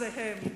זה הם,